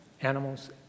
animals